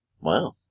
Wow